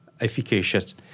efficacious